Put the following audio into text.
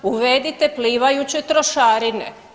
Uvedite plivajuće trošarine.